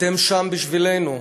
אתם שם בשבילנו,